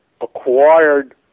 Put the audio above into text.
acquired